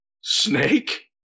Snake